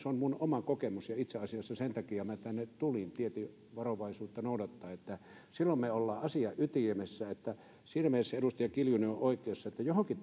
on minun oma kokemukseni ja itse asiassa sen takia minä tänne tulin tietenkin varovaisuutta noudattaen silloin me olemme asian ytimessä siinä mielessä edustaja kiljunen on oikeassa että johonkin